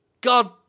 god